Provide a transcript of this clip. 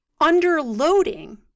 Underloading